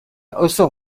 also